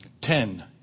Ten